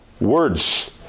words